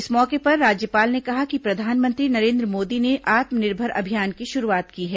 इस मौके पर राज्यपाल ने कहा कि प्रधानमंत्री नरेन्द्र मोदी ने आत्मनिर्भर अभियान की शुरूआत की है